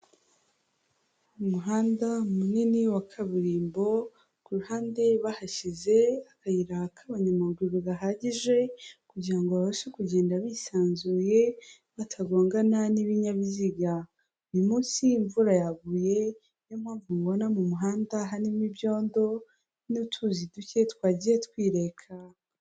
Umuhanda munini wa kaburimbo, ku ruhande bahashyize akayira k'abanyamaguru gahagije kugira ngo babashe kugenda bisanzuye batagongana n'ibinyabiziga, uyu munsi imvura yaguye niyo mpamvu mubona mu muhanda harimo ibyondo n'utuzi duke twagiye twireka.